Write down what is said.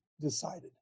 decided